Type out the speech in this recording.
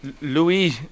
Louis